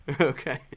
okay